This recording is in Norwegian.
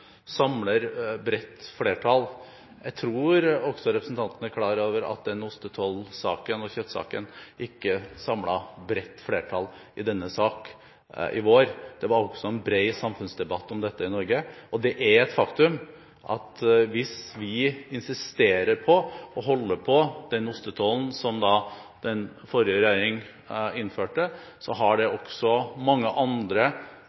bredt flertall. Jeg tror også representanten er klar over at den ostetoll- og kjøttsaken ikke samlet bredt flertall i denne sal i vår. Det var også en bred samfunnsdebatt om dette i Norge, og det er et faktum at hvis vi insisterer på å holde på den ostetollen som den forrige regjering innførte, har det også mange andre